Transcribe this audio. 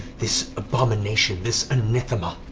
this abomination, this anathema.